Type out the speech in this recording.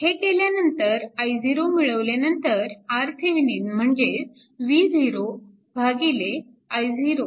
हे केल्यानंतर i0 मिळविल्यानंतर RThevenin म्हणजे V0 i0